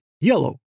yellow